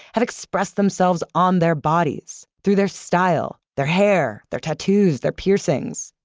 have expressed themselves on their bodies, through their style, their hair, their tattoos, their piercings,